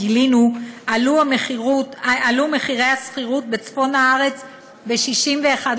גילינו, עלו מחירי השכירות בצפון הארץ ב-61%,